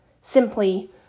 Simply